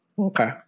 Okay